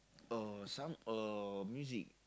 uh some uh music